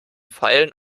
pfeilen